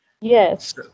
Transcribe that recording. yes